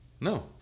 No